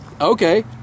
okay